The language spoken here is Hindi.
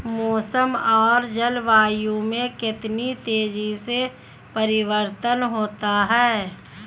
मौसम और जलवायु में कितनी तेजी से परिवर्तन होता है?